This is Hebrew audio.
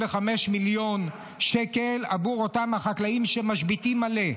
מיליון שקל עבור אותם החקלאים שמשביתים מלא,